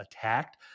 attacked